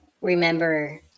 remember